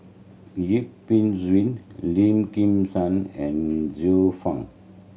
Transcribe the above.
Yip Pin Xiu Lim Kim San and Xiu Fang